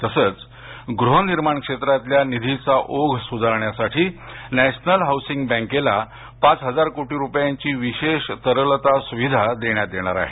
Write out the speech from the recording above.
तसंच गृहनिर्माण क्षेत्रातल्या निधीचा ओघ सुधारण्यासाठी नॅशनल हाऊसिंग बँकेला पाच हजार कोटी रुपयांची विशेष तरलता सुविधा देण्यात येणार आहे